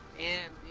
and